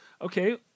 Okay